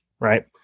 right